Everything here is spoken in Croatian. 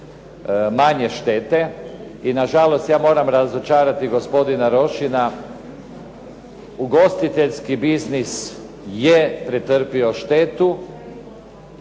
manje štete. I nažalost ja moram razočarati gospodina Rošina ugostiteljski biznis je pretrpio štetu